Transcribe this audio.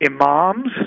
imams